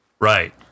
Right